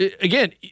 Again